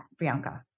Brianka